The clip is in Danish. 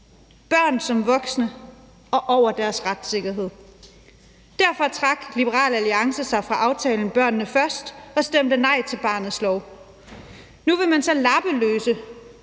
børn som voksne, og over deres retssikkerhed. Derfor trak Liberal Alliance sig fra aftalen »Børnene Først« og stemte nej til barnets lov. Nu vil man så lappeløse